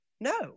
No